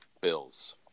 Bills